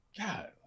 God